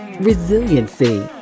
resiliency